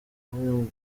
buri